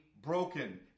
broken